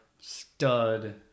stud